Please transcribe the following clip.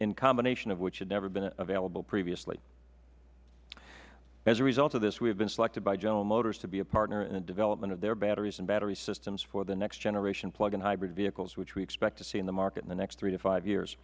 a combination of which had never been available previously as a result of this we have been selected by general motors to be a partner in development of their batteries and battery systems for the next generation plug in hybrid vehicles which we expect to see in the market in the next three to five years